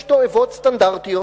יש תועבות סטנדרטיות.